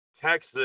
texas